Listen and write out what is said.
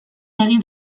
egin